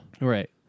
Right